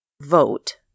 Vote